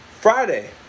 Friday